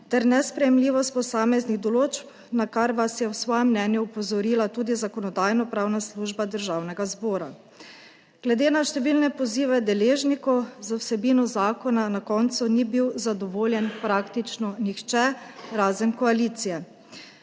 ter nesprejemljivost posameznih določb, na kar vas je v svojem mnenju opozorila tudi zakonodajnopravna služba Državnega zbora, glede na številne pozive deležnikov z vsebino zakona na koncu ni bil zadovoljen praktično nihče, razen koalicije.